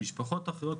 ממשפחות אסונות אחרים,